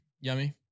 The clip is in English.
Yummy